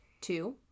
two